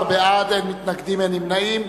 14 בעד, אין מתנגדים, אין נמנעים.